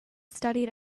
studied